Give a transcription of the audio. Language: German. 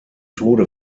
tode